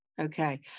Okay